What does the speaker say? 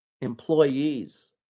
employees